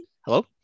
Hello